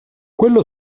quello